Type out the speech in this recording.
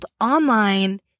online